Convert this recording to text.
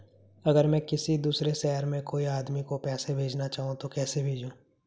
अगर मैं किसी दूसरे शहर में कोई आदमी को पैसे भेजना चाहूँ तो कैसे भेजूँ?